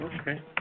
Okay